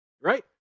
right